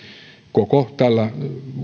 koko tällä